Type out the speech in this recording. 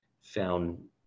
found